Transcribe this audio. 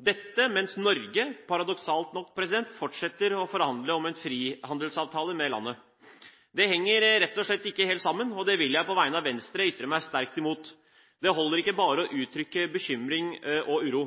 dette mens Norge paradoksalt nok fortsetter å forhandle om en frihandelsavtale med landet. Det henger rett og slett ikke helt sammen, og det vil jeg på vegne av Venstre ytre meg sterkt imot. Det holder ikke bare å uttrykke bekymring og uro.